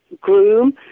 groom